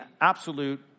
absolute